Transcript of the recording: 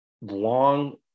long